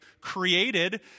created